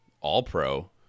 all-pro